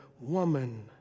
woman